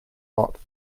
lot